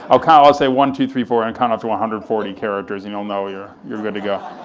i'll count, i'll say one, two, three, four, and count up to one hundred and forty characters and you'll know you're you're good to go.